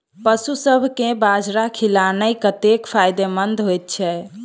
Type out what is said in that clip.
पशुसभ केँ बाजरा खिलानै कतेक फायदेमंद होइ छै?